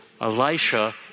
Elisha